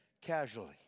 casually